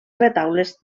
retaules